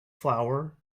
flour